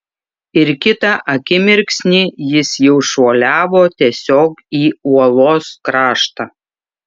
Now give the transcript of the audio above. ir kitą akimirksnį jis jau šuoliavo tiesiog į uolos kraštą